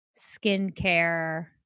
skincare